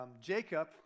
Jacob